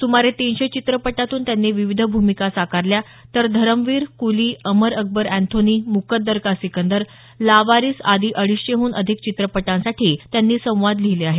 सुमारे तीनशे चित्रपटातून त्यांनी विविध भूमिका साकारल्या तर धरमवीर कुली अमर अकबर अँथोनी मुकद्दर का सिकंदर लावारिस आदी अडीचशेहून अधिक चित्रपटांसाठी त्यांनी संवाद लिहिले आहेत